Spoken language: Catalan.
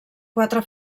quatre